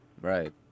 Right